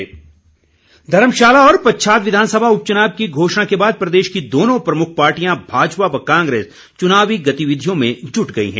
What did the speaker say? भाजपा कांग्रेस धर्मशाला और पच्छाद विधानसभा उपच्नाव की घोषणा के बाद प्रदेश की दोनों प्रमुख पार्टियां भाजपा व कांग्रेस चुनावी गतिविधियों में जुट गई हैं